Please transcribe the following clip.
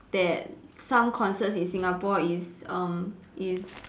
that some concerts in Singapore is um is